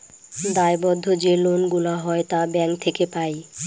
দায়বদ্ধ যে লোন গুলা হয় তা ব্যাঙ্ক থেকে পাই